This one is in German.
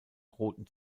roten